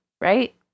Right